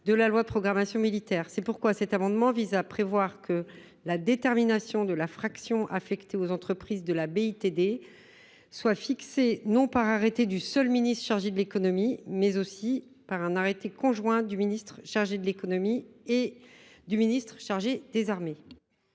de la loi de programmation militaire. C’est pourquoi nous avons déposé cet amendement, qui vise à prévoir que la détermination de la fraction affectée aux entreprises de la BITD sera déterminée non par un arrêté du seul ministre chargé de l’économie, mais par un arrêté conjoint du ministre chargé de l’économie et du ministre chargé des armées.